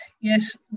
Yes